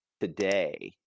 today